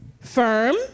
firm